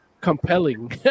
compelling